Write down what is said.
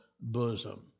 bosom